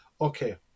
okay